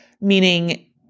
meaning